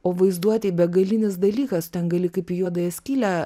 o vaizduotėj begalinis dalykas ten gali kaip į juodąją skylę